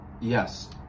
Yes